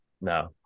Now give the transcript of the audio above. No